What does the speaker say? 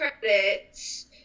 credits